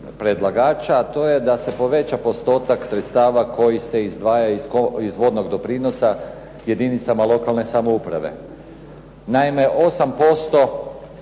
predlagača, a to je da se poveća postotak sredstava koji se izdvajaju iz vodnog doprinosa jedinicama lokalne samouprave. Naime, 8%